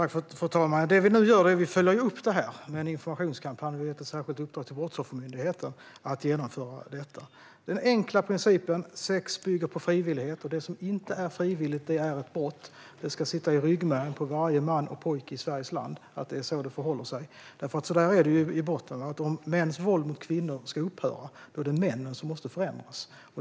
Fru talman! Det vi nu gör är att följa upp detta med en informationskampanj. Vi har gett ett särskilt uppdrag till Brottsoffermyndigheten att genomföra den. Den enkla principen är att sex bygger på frivillighet och att det som inte är frivilligt är ett brott. Det ska sitta i ryggmärgen på varje man och pojke i Sveriges land att det är så det förhåller sig, för i botten är det ju så att om mäns våld mot kvinnor ska upphöra är det männen som måste förändras.